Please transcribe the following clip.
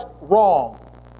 wrong